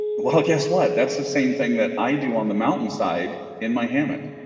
well guess what that's the same thing that i do on the mountainside in my hammock